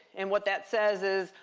and what that says is,